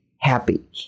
happy